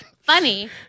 Funny